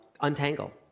untangle